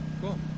Cool